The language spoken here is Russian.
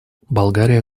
болгария